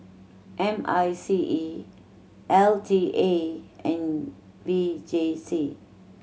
M I C E L T A and V J C